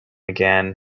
again